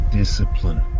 discipline